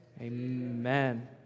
Amen